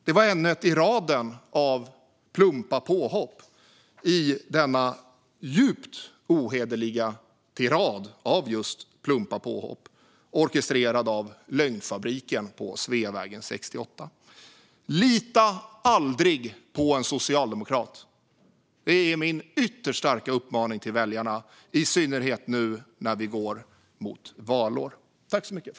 Det var ännu ett i raden av plumpa påhopp i denna djupt ohederliga tirad av just plumpa påhopp, orkestrerad av lögnfabriken på Sveavägen 68. Lita aldrig på en socialdemokrat! Det är min ytterst starka uppmaning till väljarna, i synnerhet nu när vi går mot ett valår.